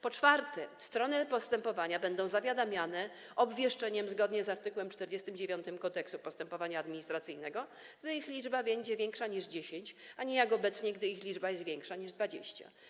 Po czwarte, strony postępowania będą zawiadamiane obwieszczeniem, zgodnie z art. 49 Kodeksu postępowania administracyjnego, gdy ich liczba będzie większa niż 10, a nie jak obecnie, gdy ich liczba jest większa niż 20.